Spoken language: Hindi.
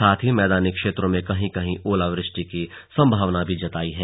साथ ही मैदानी क्षेत्रों में कहीं कहीं ओलावृष्टि की संभावना भी जताई है